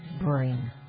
bring